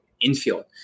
infield